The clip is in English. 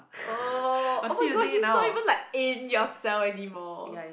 oh oh-my-gosh he's not even like in your cell anymore